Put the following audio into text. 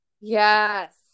Yes